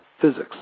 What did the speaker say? physics